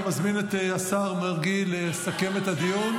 אני מזמין את השר מרגי לסכם את הדיון,